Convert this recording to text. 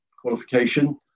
qualification